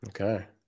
Okay